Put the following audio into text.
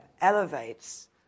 elevates